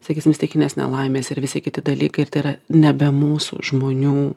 sakysim stichinės nelaimės ir visi kiti dalykai ir tai yra ne be mūsų žmonių